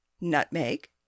nutmeg